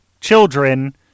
children